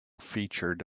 featured